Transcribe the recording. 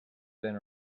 been